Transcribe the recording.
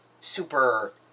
super